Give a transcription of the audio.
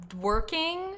working